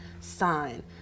sign